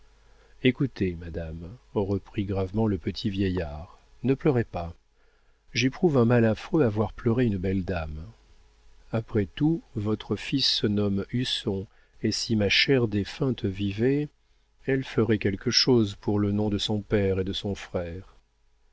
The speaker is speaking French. écoutez madame reprit gravement le petit vieillard ne pleurez pas j'éprouve un mal affreux à voir pleurer une belle dame après tout votre fils se nomme husson et si ma chère défunte vivait elle ferait quelque chose pour le nom de son père et de son frère